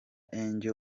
angel